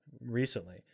recently